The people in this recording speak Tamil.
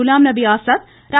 குலாம்நபி ஆசாத் ர